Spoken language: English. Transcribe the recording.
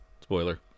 Spoiler